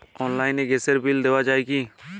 অনলাইনে গ্যাসের বিল দেওয়া যায় কি?